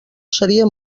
seria